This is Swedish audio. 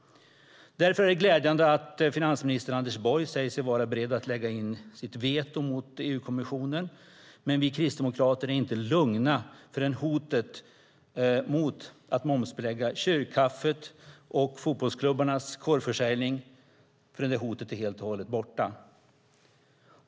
Därför är det glädjande att finansminister Anders Borg säger sig vara beredd att lägga in sitt veto mot EU-kommissionen. Men vi kristdemokrater är inte lugna förrän hotet mot att momsbelägga kyrkkaffet och fotbollsklubbarnas korvförsäljning är helt och hållet borta.